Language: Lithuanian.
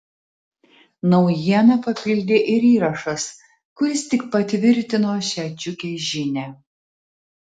naujieną papildė ir įrašas kuris tik patvirtino šią džiugią žinią